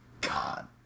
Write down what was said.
God